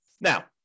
Now